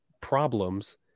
problems